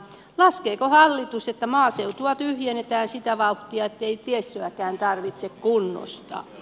laskeeko hallitus että maaseutua tyhjennetään sitä vauhtia ettei tiestöäkään tarvitse kunnostaa